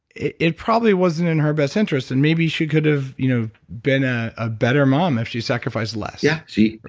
it it probably wasn't in her best interest, and maybe she could have you know been ah a better mom if she sacrificed less yeah. see?